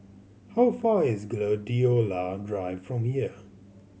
how far is Gladiola Drive from here